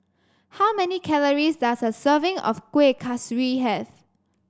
how many calories does a serving of Kuih Kaswi have